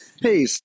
Hey